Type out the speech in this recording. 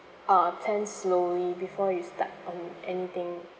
uh tend slowly before you start on anything